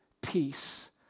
peace